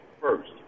first